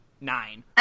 nine